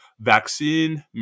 vaccine